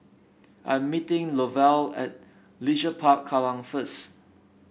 I'm meeting Lovell at Leisure Park Kallang first